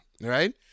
right